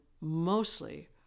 mostly